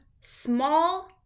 small